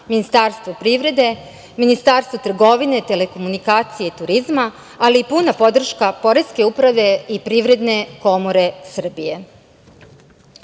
Ministarstvo privrede, Ministarstvo trgovine, telekomunikacija i turizma, ali i puna podrška poreske uprave i Privredne komore